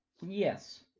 Yes